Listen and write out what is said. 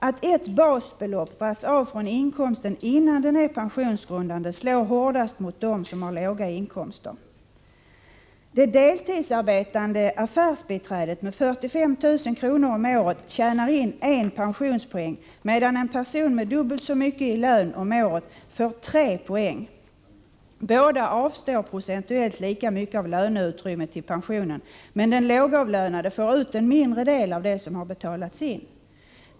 Att ett basbelopp dras av från inkomsten innan den är pensionsgrundande slår hårdast mot dem som har låga inkomster. Det deltidsarbetande affärsbiträdet med en lön på 45 000 kr. om året tjänar in en pensionspoäng, medan en person med dubbelt så mycket i lön får tre poäng. Båda avstår procentuellt lika mycket av löneutrymmet till pensionen, men den lågavlönade får ut en mindre del av det som har betalats in.